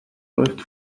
läuft